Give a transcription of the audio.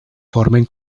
formen